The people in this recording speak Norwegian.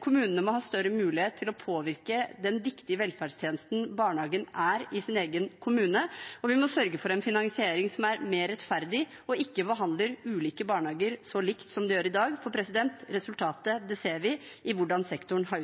Kommunene må ha større mulighet til å påvirke den viktige velferdstjenesten barnehagen er i sin egen kommune, og vi må sørge for en finansiering som er mer rettferdig og ikke behandler ulike barnehager så likt som den gjør i dag, for resultatet av det ser vi i hvordan sektoren har